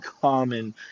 common